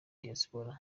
diaspora